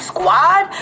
Squad